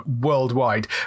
worldwide